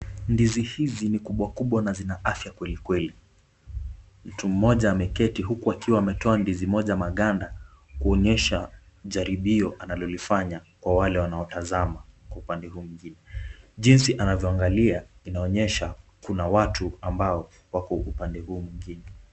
Ndizi hizi ni kubwa kubwa na zina afya kwelikweli. Mtu mmoja ameketi huku akiwa ametoa ndizi moja maganda kuonyesha jaribio analolifanya kwa wale wanaotazama kwa upande huu mwingine. Jinsi anavyoangalia inaonyesha kuna watu ambao wako upande huo mwingine.